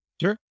Sure